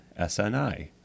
SNI